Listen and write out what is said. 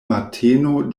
mateno